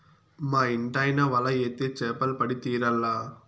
మా ఇంటాయన వల ఏత్తే చేపలు పడి తీరాల్ల